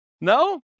no